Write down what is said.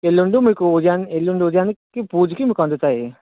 ఎల్లుండి మీకు ఉదయాన్ ఎల్లుండి ఉదయానికి పూజకి మీకందుతాయి